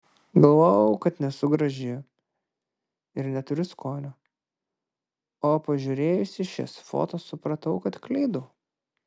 galvojau kad nesu graži ir neturiu skonio o pažiūrėjusi šias foto supratau kad klydau